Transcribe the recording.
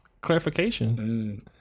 clarification